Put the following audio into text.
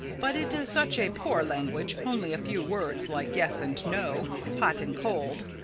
but it is such a poor language only a few words, like yes and no' hot and cold.